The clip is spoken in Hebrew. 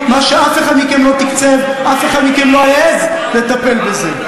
לא תקצב, אף אחד מכם לא העז לטפל בזה.